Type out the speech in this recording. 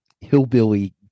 hillbilly